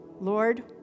Lord